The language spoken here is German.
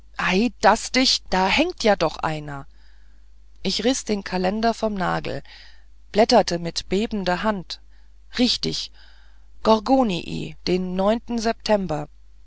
daß dich da hängt ja doch einer ich riß den kalender vom nagel ich blätterte mit bebender hand richtig gorgonii den september